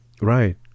Right